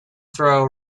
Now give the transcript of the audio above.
throw